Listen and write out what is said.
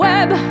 Web